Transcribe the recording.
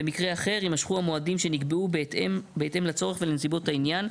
במקרה אחר יימשכו המועדים שנקבעו בהתאם לצורך ולנסיבות העניין".